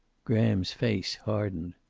graham's face hardened.